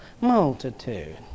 multitude